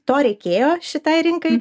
to reikėjo šitai rinkai